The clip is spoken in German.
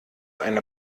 eine